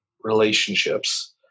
relationships